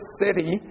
city